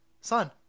Son